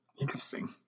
Interesting